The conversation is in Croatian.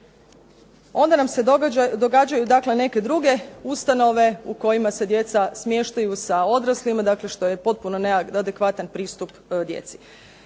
Onda nam se događaju neke druge ustanove u kojima se djeca smještaju sa odraslima, što je potpuno neadekvatan pristup djeci.